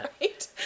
right